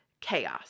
chaos